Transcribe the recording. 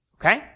Okay